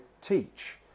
teach